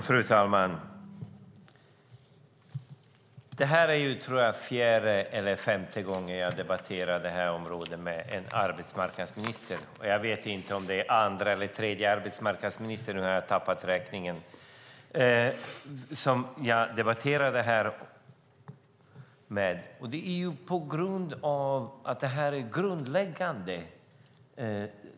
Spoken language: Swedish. Fru talman! Det här är, tror jag, fjärde eller femte gången jag debatterar detta område med en arbetsmarknadsminister. Jag vet inte om det är andra eller tredje arbetsmarknadsministern som jag debatterar detta med; jag har tappat räkningen. Jag debatterar detta för att det är grundläggande.